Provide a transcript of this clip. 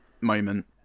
moment